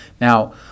Now